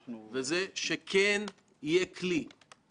סמכויות ממלכתיות כפי שאנחנו מכירים אותן,